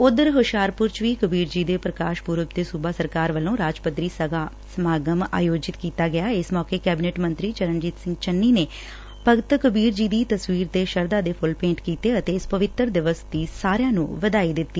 ਉਧਰ ਹੁਸ਼ਿਆਰਪੁਰ ਚ ਵੀ ਕਬੀਰ ਜੀ ਦੇ ਪ੍ਰਕਾਸ਼ ਪੂਰਬ ਡੇ ਸੂਬਾ ਸਰਕਾਰ ਵੱਲੋ ਰਾਜ ਪੱਧਰੀ ਸਮਾਗਮ ਆਯੋਜਿਤ ਕੀਤਾ ਗਿਆ ਇਸ ਮੌਕੇ ਕੈਬਨਿਟ ਮੰਤਰੀ ਚਰਨਜੀਤ ਸਿੰਘ ਚੰਨੀ ਨੇ ਭਗਤ ਕਬੀਰ ਜੀ ਦੀ ਤਸਵੀਰ ਤੇ ਸ਼ਰਧਾ ਦੇ ਫੂੱਲ ਭੇਂਟ ਕੀਤੇ ਅਤੇ ਇਸ ਪਵਿੱਤਰ ਦਿਵਸ ਦੀ ਸਾਰਿਆਂ ਨੂੰ ਵਧਾਈ ਦਿੱਤੀ